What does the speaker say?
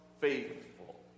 faithful